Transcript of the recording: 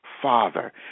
Father